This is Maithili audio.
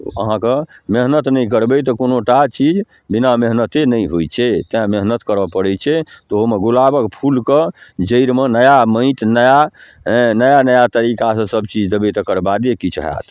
अहाँके मेहनति नहि करबै तऽ कोनोटा चीज बिना मेहनते नहि होइ छै तेँ मेहनति करऽ पड़ै छै तहूमे गुलाबके फूलके जड़िमे नया माटि नया हेँ नया नया तरीकासँ सबचीज देबै तकर बादे किछु हैत